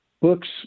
books